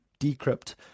Decrypt